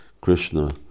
Krishna